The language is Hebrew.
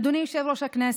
אדוני יושב-ראש הכנסת,